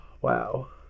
wow